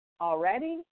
already